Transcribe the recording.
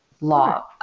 law